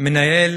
שמנהל